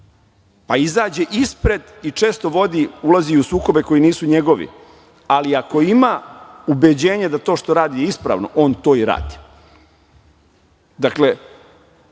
pa izađe ispred i često ulazi u sukobe koji nisu njegovi, ali ako ima ubeđenje da to što radi je ispravno, on to i